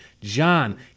John